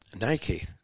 Nike